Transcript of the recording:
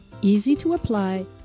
easy-to-apply